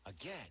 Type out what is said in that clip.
Again